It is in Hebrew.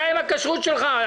אתה עם הכשרות שלך.